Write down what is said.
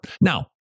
Now